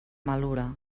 malura